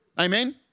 Amen